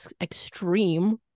extreme